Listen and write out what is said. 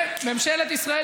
ממשלת ישראל,